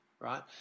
right